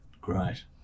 Great